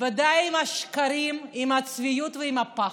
ודי עם השקרים, עם הצביעות ועם הפחד.